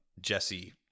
Jesse